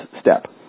step